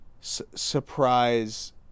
surprise